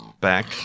back